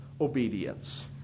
obedience